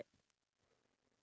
ya